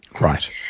Right